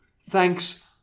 Thanks